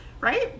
right